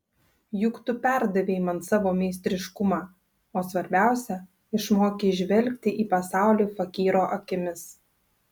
juk tu perdavei man savo meistriškumą o svarbiausia išmokei žvelgti į pasaulį fakyro akimis